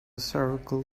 circle